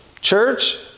Church